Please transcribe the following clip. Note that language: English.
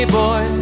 boy